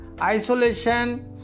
isolation